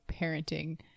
parenting